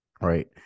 right